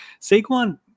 Saquon